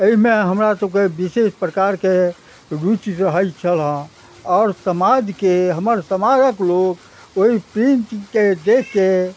अइमे हमरा सबके विशेष प्रकारके रुचि रहय छल आओर समाजके हमर समाजक लोक ओइ प्रिंटके देखके